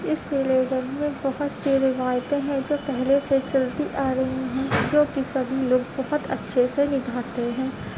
اس religion میں بہت سی روایتیں ہیں جو پہلے سے چلتی آ رہی ہیں جو کہ سبھی لوگ بہت اچھے سے نبھاتے ہیں